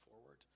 forward